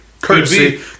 courtesy